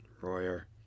Royer